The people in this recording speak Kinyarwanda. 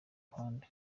ruhande